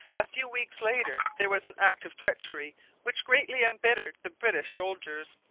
a few weeks later there was an act of treachery which greatly embittered the british soldiers.